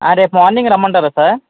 ఆ రేపు మార్నింగ్ రమ్మంటారా సార్